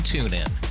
TuneIn